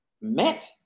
met